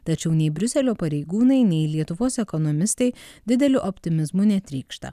tačiau nei briuselio pareigūnai nei lietuvos ekonomistai dideliu optimizmu netrykšta